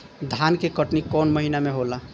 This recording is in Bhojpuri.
धान के कटनी कौन महीना में होला?